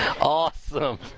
Awesome